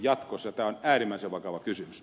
tämä on äärimmäisen vakava kysymys